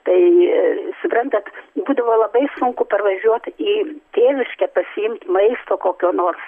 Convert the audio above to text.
tai suprantat būdavo labai sunku parvažiuot į tėviškę pasiimt maisto kokio nors